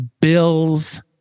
bills